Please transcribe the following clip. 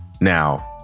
Now